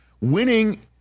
winning